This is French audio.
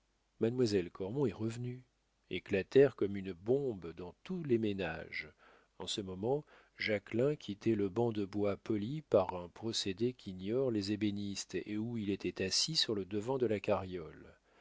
mademoiselle cormon est revenue éclatèrent comme une bombe dans tous les ménages en ce moment jacquelin quittait le banc de bois poli par un procédé qu'ignorent les ébénistes et où il était assis sur le devant de la carriole